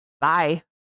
Bye